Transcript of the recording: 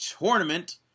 tournament